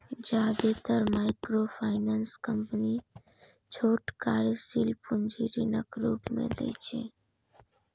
जादेतर microfinance company छोट कार्यशील पूंजी ऋणक रूप मे दै छै